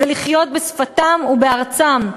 ולחיות בשפתם ובארצם.